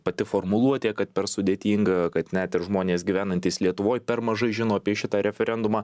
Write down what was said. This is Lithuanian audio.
pati formuluotė kad per sudėtinga kad net ir žmonės gyvenantys lietuvoj per mažai žino apie šitą referendumą